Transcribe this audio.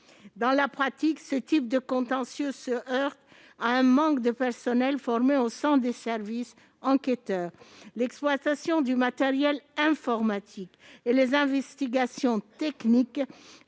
Dans la pratique, ce type de contentieux se heurte à un manque de personnel formé au sein des services enquêteurs. L'exploitation du matériel informatique et les investigations techniques